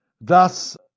Thus